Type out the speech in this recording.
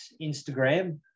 Instagram